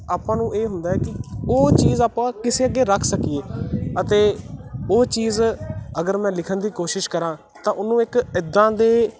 ਆਪਾਂ ਨੂੰ ਇਹ ਹੁੰਦਾ ਕਿ ਉਹ ਚੀਜ਼ ਆਪਾਂ ਕਿਸੇ ਅੱਗੇ ਰੱਖ ਸਕੀਏ ਅਤੇ ਉਹ ਚੀਜ਼ ਅਗਰ ਮੈਂ ਲਿਖਣ ਦੀ ਕੋਸ਼ਿਸ਼ ਕਰਾਂ ਤਾਂ ਉਹਨੂੰ ਇੱਕ ਇੱਦਾਂ ਦੇ